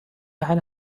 على